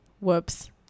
Whoops